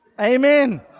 Amen